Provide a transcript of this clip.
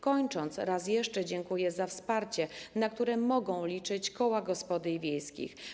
Kończąc, raz jeszcze dziękuję za wsparcie, na które mogą liczyć koła gospodyń wiejskich.